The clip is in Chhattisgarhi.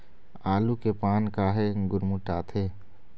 आलू के पान काहे गुरमुटाथे?